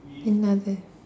another